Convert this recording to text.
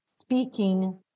speaking